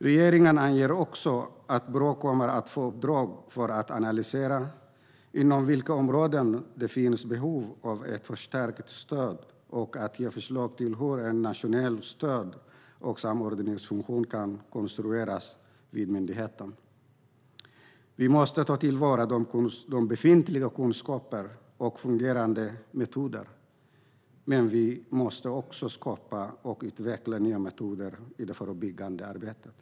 Regeringen anger också att Brå kommer att få i uppdrag att analysera inom vilka områden det finns behov av ett förstärkt stöd och att ge förslag till hur ett nationellt stöd och en samordningsfunktion kan konstrueras vid myndigheten. Vi måste ta till vara befintliga kunskaper och fungerande metoder, men vi måste även skapa och utveckla nya metoder i det förebyggande arbetet.